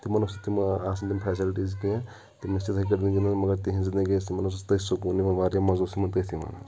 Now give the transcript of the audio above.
تِمَن اوس نہٕ تِم آسَن تِم فیسَلٹیٖز کینٛہہ تِم ٲسۍ تِتھَے کٔٹھۍ گِنٛدان مگر تِہِنٛز زِندگی ٲس تِمَن اوس تٔتھۍ سکوٗن یِوان واریاہ مَزٕ اوس یِمَن تٔتھۍ یِوان